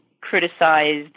criticized